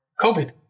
COVID